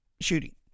shooting